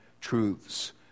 truths